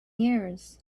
years